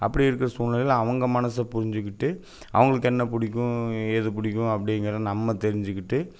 அப்படி இருக்க சூழ்நிலையில் அவங்க மனதை புரிஞ்சுக்கிட்டு அவங்குளுக்கு என்ன பிடிக்கும் ஏது பிடிக்கும் அப்படிங்கறத நம்ம தெரிஞ்சுக்கிட்டு